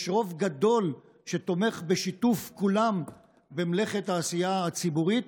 יש רוב גדול שתומך בשיתוף כולם במלאכת העשייה הציבורית.